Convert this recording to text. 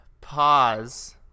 pause